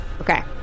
Okay